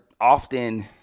often